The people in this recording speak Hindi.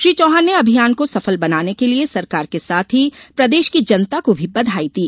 श्री चौहान ने अभियान को सफल बनाने के लिये सरकार के साथ ही प्रदेश की जनता को भी बधाई दी